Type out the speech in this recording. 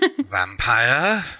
Vampire